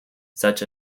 such